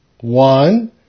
one